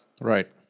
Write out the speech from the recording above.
Right